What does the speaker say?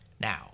Now